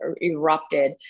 erupted